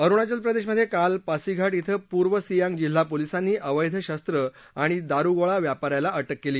अरुणाचल प्रदेशमधे काल पासिघाट धिं पूर्व सिंयाग जिल्हा पोलिसांनी अवैध शस्त्र आणि दारु गोळा व्यापा याला अटक केली